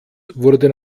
wurde